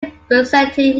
representing